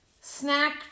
snack